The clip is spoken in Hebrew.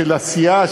של עשייה,